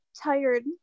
tired